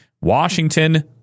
Washington